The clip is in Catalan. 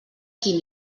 qui